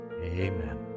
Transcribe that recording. Amen